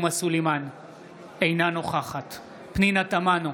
אינה נוכחת פנינה תמנו,